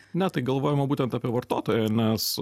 ne tai galvojama būtent apie vartotoją nes